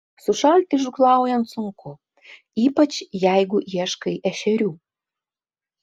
sušalti žūklaujant sunku ypač jeigu ieškai ešerių